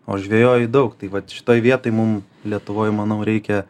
o žvejoju daug tai vat šitoj vietoj mum lietuvoj manau reikia